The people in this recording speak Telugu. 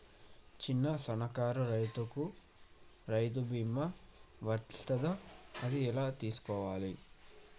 చిన్న సన్నకారు రైతులకు రైతు బీమా వర్తిస్తదా అది ఎలా తెలుసుకోవాలి?